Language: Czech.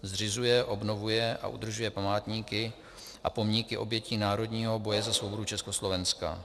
Zřizuje, obnovuje a udržuje památníky a pomníky obětí národního boje za svobodu Československa.